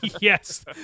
Yes